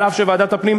משום שאת הדבר הזה,